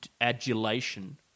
Adulation